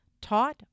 taught